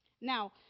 Now